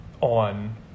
on